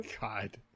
God